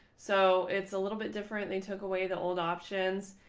so it's a little bit different. they took away the old options.